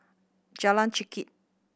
Jalan Chengkek